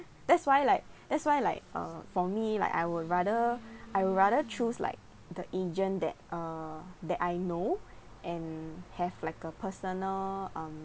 that's why like that's why like uh for me like I would rather I would rather choose like the agent that uh that I know and have like a personal um